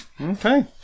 Okay